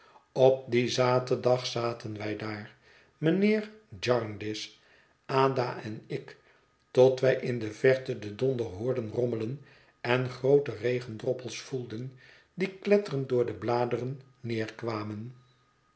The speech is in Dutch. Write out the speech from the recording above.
op dien zaterdag zaten wij daar mijnheer jarndyce ada en ik tot wij in de verte den donder hoorden rommelen en groote regendroppels voelden die kletterend door de bladeren